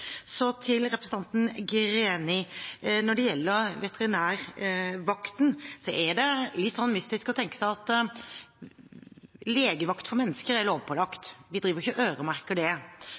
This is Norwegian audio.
Til representanten Greni: Når det gjelder veterinærvakten: Legevakt for mennesker er lovpålagt. Vi driver ikke og øremerker det. Når det gjelder legevakt for dyr, er det også lovpålagt, men det skal vi altså øremerke. Det